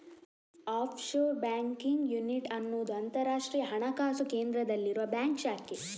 offshore banking unit ಅನ್ನುದು ಅಂತರಾಷ್ಟ್ರೀಯ ಹಣಕಾಸು ಕೇಂದ್ರದಲ್ಲಿರುವ ಬ್ಯಾಂಕ್ ಶಾಖೆ